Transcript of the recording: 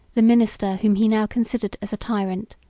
the minister whom he now considered as a tyrant,